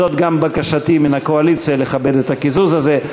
זו גם בקשתי מן הקואליציה: לכבד את הקיזוז הזה,